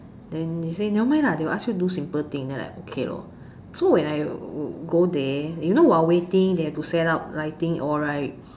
then they say never mind lah they will ask you do simple thing then like okay lor so when I go there you know while waiting they have to set up lighting all right